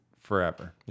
forever